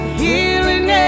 healing